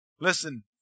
Listen